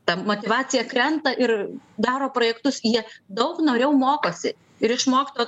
ta motyvacija krenta ir daro projektus jie daug noriau mokosi ir išmokto